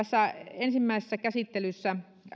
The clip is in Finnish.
ensimmäisessä käsittelyssä